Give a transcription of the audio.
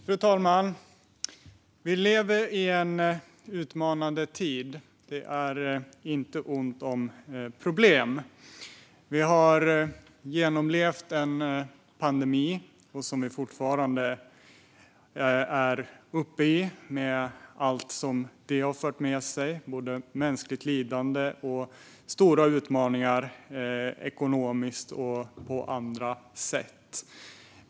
Fru talman! Vi lever i en utmanande tid. Det är inte ont om problem. Vi har genomlevt en pandemi som vi fortfarande är uppe i, med allt vad det har fört med sig av både mänskligt lidande och stora utmaningar ekonomiskt och på andra sätt.